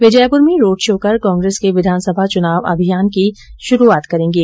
वे जयपुर में road show कर कांग्रेस के विधानसभा चुनाव अभियान की षुरूआत करेंगे